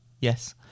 yes